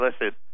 listen